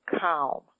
calm